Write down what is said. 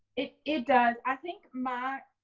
it it does. i think my